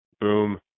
Boom